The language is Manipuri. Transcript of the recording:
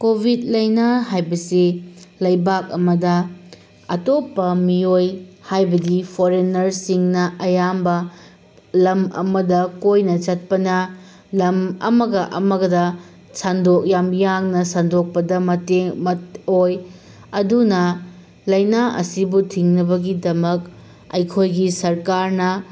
ꯀꯣꯚꯤꯠ ꯂꯩꯅꯥ ꯍꯥꯏꯕꯁꯤ ꯂꯩꯕꯥꯛ ꯑꯃꯗ ꯑꯇꯣꯞꯄ ꯃꯤꯑꯣꯏ ꯍꯥꯏꯕꯗꯤ ꯐꯣꯔꯦꯟꯅꯔꯁꯤꯡꯅ ꯑꯌꯥꯝꯕ ꯂꯝ ꯑꯃꯗ ꯀꯣꯏꯅ ꯆꯠꯄꯅ ꯂꯝ ꯑꯃꯒ ꯑꯃꯒꯗ ꯌꯥꯝ ꯌꯥꯡꯅ ꯁꯟꯗꯣꯛꯄꯗ ꯃꯇꯦꯡ ꯑꯣꯏ ꯑꯗꯨꯅ ꯂꯩꯅꯥ ꯑꯁꯤꯕꯨ ꯊꯤꯡꯅꯕꯒꯤꯗꯃꯛ ꯑꯩꯈꯣꯏꯒꯤ ꯁꯔꯀꯥꯔꯅ